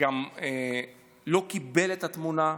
גם לא קיבל את התמונה.